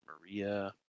Maria